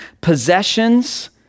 possessions